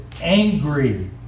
angry